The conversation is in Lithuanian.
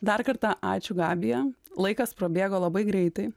dar kartą ačiū gabija laikas prabėgo labai greitai